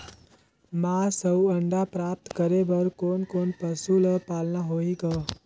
मांस अउ अंडा प्राप्त करे बर कोन कोन पशु ल पालना होही ग?